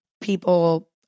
people